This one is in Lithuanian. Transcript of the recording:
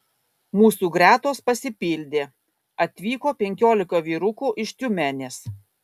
mūsų gretos pasipildė atvyko penkiolika vyrukų iš tiumenės